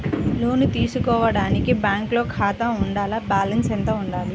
లోను తీసుకోవడానికి బ్యాంకులో ఖాతా ఉండాల? బాలన్స్ ఎంత వుండాలి?